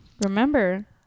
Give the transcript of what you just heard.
Remember